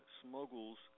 smuggles